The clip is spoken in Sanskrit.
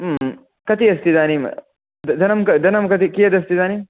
कति अस्ति इदानीं धनं कत् धनं कति कियत् अस्ति इदानीम्